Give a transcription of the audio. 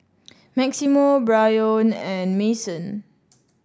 Maximo Brion and Mason